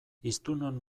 hiztunon